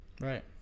Right